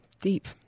Deep